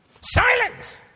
Silence